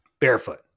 barefoot